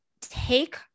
take